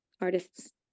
artists